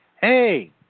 hey